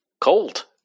Cold